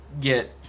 Get